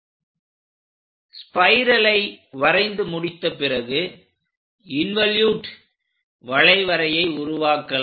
ஸ்பைரலை வரைந்து முடித்த பிறகு இன்வோலூட் வளைவரையை உருவாக்கலாம்